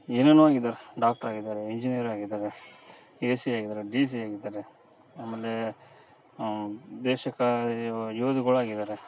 ಏನೇನೋ ಆಗಿದರೆ ಡಾಕ್ಟ್ರ್ ಆಗಿದಾರೆ ಎಂಜಿನೀಯರ್ ಆಗಿದಾರೆ ಎ ಸಿ ಆಗಿದಾರೆ ಡಿ ಸಿ ಆಗಿದಾರೆ ಆಮೇಲೆ ದೇಶಕ್ಕಾಗಿ ಯೋಧ್ಗುಳಾಗಿದಾರೆ